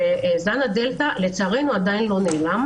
היא שזן הדלתא עדיין לא נעלם.